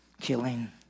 killing